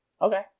Okay